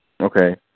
Okay